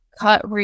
cut